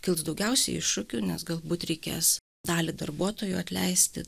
kils daugiausiai iššūkių nes galbūt reikės dalį darbuotojų atleisti